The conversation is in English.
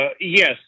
Yes